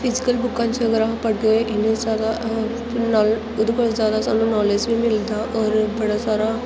physical बुक्कां जेकर अस पढ़गे ते इन्नी जैदा एह्दे कोला जैदा सानूं नालेज बी मिलदा और बड़ा सारा